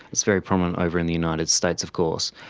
it's very prominent over in the united states of course.